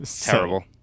Terrible